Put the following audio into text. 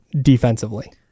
defensively